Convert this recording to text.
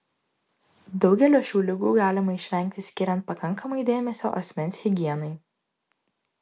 daugelio šių ligų galima išvengti skiriant pakankamai dėmesio asmens higienai